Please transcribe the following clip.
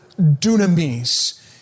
dunamis